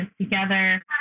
together